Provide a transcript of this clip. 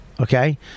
Okay